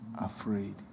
afraid